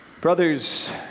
Brothers